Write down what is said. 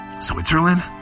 Switzerland